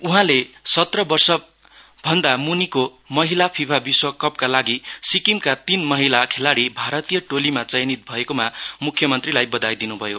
उहाँले सत्रवर्ष भन्दा मुनीको महिला फिफा विश्व कपका लागि सिक्किमका तीन महिला खेलाड़ी भारतीय टोलीमा चयनित भएकोमा मुख्यमन्त्रीलाई बधाई दिनुभयो